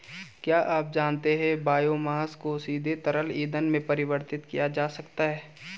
क्या आप जानते है बायोमास को सीधे तरल ईंधन में परिवर्तित किया जा सकता है?